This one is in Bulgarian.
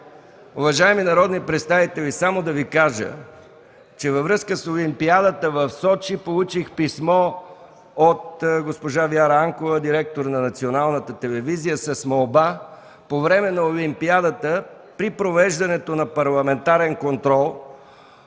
Уважаеми народни представители, във връзка с олимпиадата в Сочи получих писмо от госпожа Вяра Анкова – директор на Националната телевизия, с молба по време на олимпиадата при провеждането на парламентарен контрол